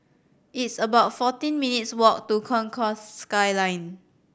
it's about fourteen minutes' walk to Concourse Skyline